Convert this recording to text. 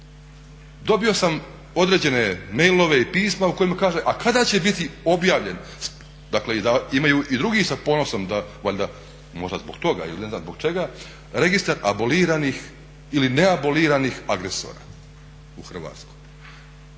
dobio sam određene mailove i pisma u kojima kaže a kada će biti objavljen, dakle da imaju i drugi sa ponosom da valjda, možda zbog toga ili ne znam zbog čega registar aboliranih ili neaboliranih agresora u Hrvatskoj.